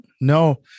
No